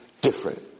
different